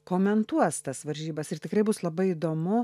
komentuos tas varžybas ir tikrai bus labai įdomu